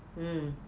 mm